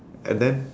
and then